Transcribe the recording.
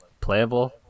playable